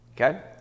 Okay